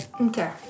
Okay